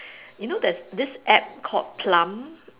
you know there's this App called Plum